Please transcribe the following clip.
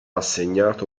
assegnato